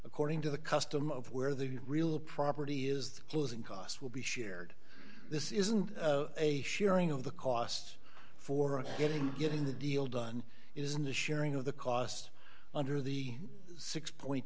according to the custom of where the real property is the closing costs will be shared this isn't a sharing of the costs for getting getting the deal done isn't the sharing of the cost under the six